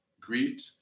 greet